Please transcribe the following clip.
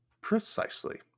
Precisely